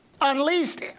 unleashed